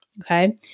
okay